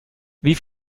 wie